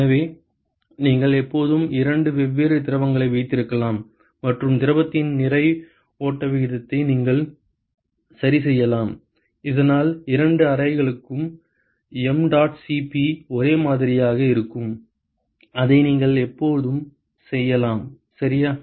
எனவே நீங்கள் எப்போதும் இரண்டு வெவ்வேறு திரவங்களை வைத்திருக்கலாம் மற்றும் திரவத்தின் நிறை ஓட்ட விகிதத்தை நீங்கள் சரிசெய்யலாம் இதனால் இரண்டு அறைகளுக்கும் mdot Cp ஒரே மாதிரியாக இருக்கும் அதை நீங்கள் எப்போதும் செய்யலாம் சரியா